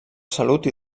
salut